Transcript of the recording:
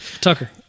Tucker